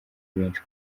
benshi